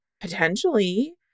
potentially